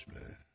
man